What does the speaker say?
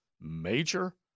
major